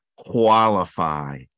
qualify